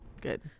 Good